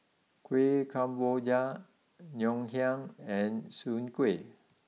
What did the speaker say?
Kueh Kemboja Ngoh Hiang and Soon Kueh